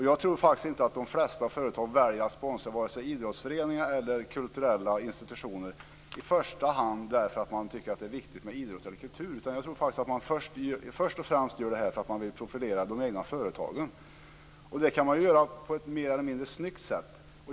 Jag tror inte att de flesta företag väljer att sponsra vare sig idrottsföreningar eller kulturella institutioner i första hand därför att man tycker att det är viktigt med idrott eller kultur, utan jag tror att man först och främst gör det för att man vill profilera de egna företagen. Det kan man göra på ett mer eller mindre snyggt sätt.